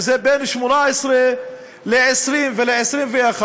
שזה בין 18 ל-20 ו-21,